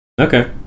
Okay